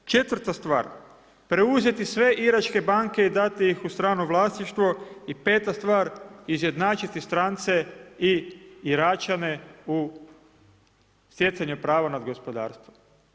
Četvrta stvar, preuzeti sve iračke banke i dati ih u strano vlasništvo i peta stvar, izjednačiti strance i Iračane u stjecanju prava nad gospodarstvom.